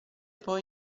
poi